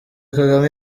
kagame